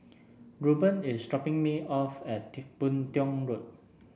Reuben is dropping me off at Boon Tiong Road